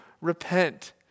repent